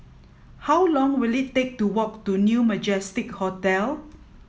how long will it take to walk to New Majestic Hotel